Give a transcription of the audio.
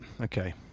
okay